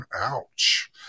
Ouch